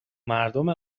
مردم